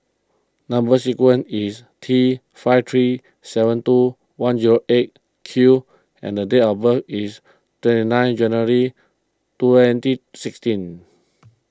Number Sequence is T five three seven two one eight Q and the date of birth is twenty nine January twenty sixteen